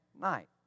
night